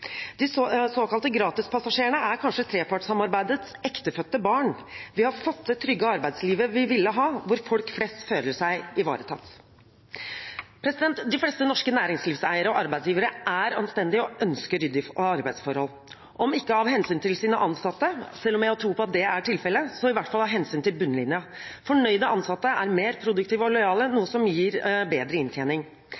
De såkalte gratispassasjerene er kanskje trepartssamarbeidets ektefødte barn – vi har fått det trygge arbeidslivet vi ville ha, hvor folk flest føler seg ivaretatt. De fleste norske næringslivseiere og arbeidsgivere er anstendige og ønsker ryddige arbeidsforhold, om ikke av hensyn til sine ansatte, selv om jeg har tro på at det er tilfellet, så i hvert fall av hensyn til bunnlinja. Fornøyde ansatte er mer produktive og lojale,